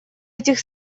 этих